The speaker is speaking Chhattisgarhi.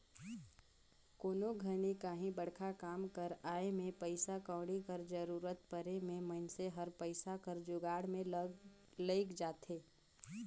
कोनो घनी काहीं बड़खा काम कर आए में पइसा कउड़ी कर जरूरत परे में मइनसे हर पइसा कर जुगाड़ में लइग जाथे